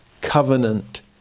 covenant